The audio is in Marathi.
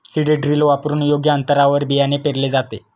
सीड ड्रिल वापरून योग्य अंतरावर बियाणे पेरले जाते